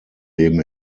leben